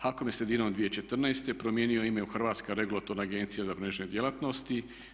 HAKOM je sredinom 2014. promijenio ime u Hrvatska regulatorna agencija za mrežne djelatnosti.